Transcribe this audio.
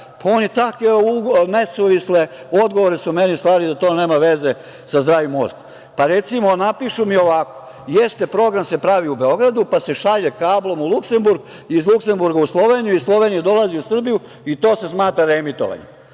su takve nesuvisle odgovore meni slali da to nema veze sa zdravim mozgom. Recimo, napišu mi ovako: "Jeste, program se pravi u Beogradu, pa se šalje kablom u Luksenburg, iz Luksemburga u Sloveniju, iz Slovenije dolazi u Srbiju, i to se smatra reemitovanjem."